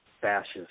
fascist